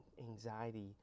anxiety